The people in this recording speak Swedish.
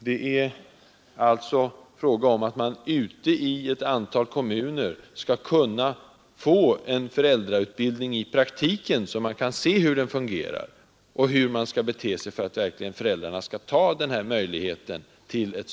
Det är alltså fråga om att man ute i ett antal kommuner borde få till stånd föräldrautbildning, så att man kan se hur den fungerar i praktiken, och hur man skall bete sig för att föräldrarna verkligen skall ta vara på denna möjlighet till stöd.